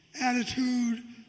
Attitude